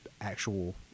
actual